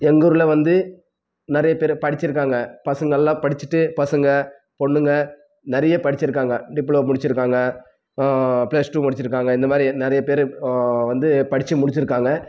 எங்கூர்ல வந்து நிறையா பேர் படிச்சிருக்காங்கள் பசங்கள்லாம் படிச்சிட்டு பசங்கள் பொண்ணுங்கள் நிறைய படிச்சிருக்காங்கள் டிப்ளமோ முடிச்சிருக்காங்கள் ப்ளஸ் டூ முடிச்சிருக்காங்கள் இந்த மாதிரி நிறைய பேர் வந்து படித்து முடிச்சிருக்காங்கள்